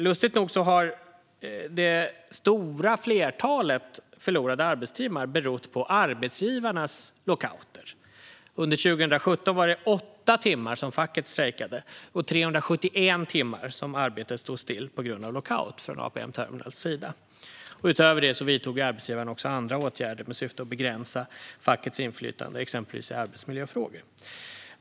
Lustigt nog har det stora flertalet förlorade arbetstimmar berott på arbetsgivarens lockouter; under 2017 strejkade facket under åtta timmar medan arbetet stod till i 371 timmar på grund av lockout från APM Terminals sida. Utöver det vidtog arbetsgivaren andra åtgärder med syfte att begränsa fackets inflytande i exempelvis arbetsmiljöfrågor.